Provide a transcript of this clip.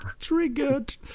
Triggered